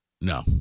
No